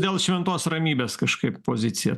dėl šventos ramybės kažkaip pozicija